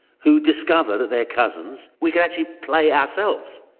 who discover that they're cousins. we could actually play ourselves.